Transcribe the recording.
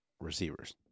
receivers